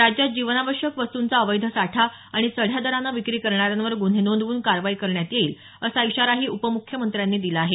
राज्यात जीवनावश्यक वस्तूंचा अवैध साठा आणि चढ्या दराने विक्री करणाऱ्यांवर गुन्हे नोंदवून कारवाई करण्यात येईल असा इशाराही उपमुख्यमंत्र्यांनी दिला आहे